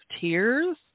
tears